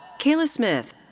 kayla smith.